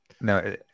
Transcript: No